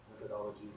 methodology